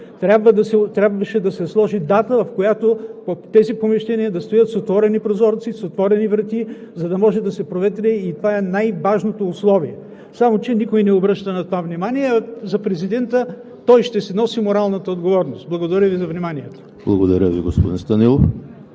Трябваше да се сложи дата, на която тези помещения да стоят с отворени прозорци, с отворени врати, за да може да се проветри. Това е най-важното условие, само че никой не обръща внимание на това. За президента – той ще си носи моралната отговорност. Благодаря Ви за вниманието. ПРЕДСЕДАТЕЛ ЕМИЛ ХРИСТОВ: Благодаря Ви, господин Станилов.